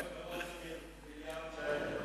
מדובר בקרוב למיליארד שקל.